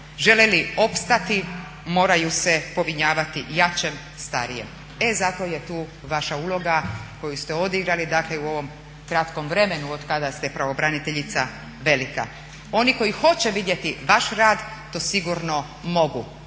Žele li opstati moraju se povinjavati jačem, starijem. E zato je tu vaša uloga koju ste odigrali u ovom kratkom vremenu od kada ste pravobraniteljica velika. Oni koji hoće vidjeti vaš rad to sigurno mogu.